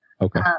Okay